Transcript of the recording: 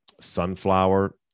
sunflower